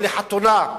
או לחתונה,